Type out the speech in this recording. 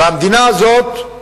והמדינה הזאת,